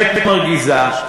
האמת מרגיזה.